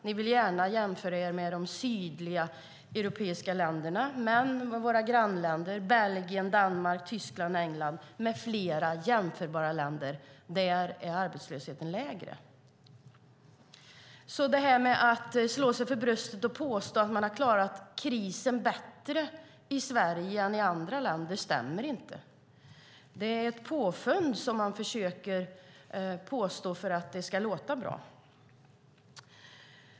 Ni vill gärna jämföra er med de sydliga europeiska länderna, men i våra grannländer Belgien, Danmark, Tyskland, England med flera jämförbara länder är arbetslösheten lägre. Att slå sig för bröstet och påstå att Sverige har klarat krisen bättre än andra länder stämmer inte. Det är påfund som framförs för att det ska låta bra.